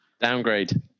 Downgrade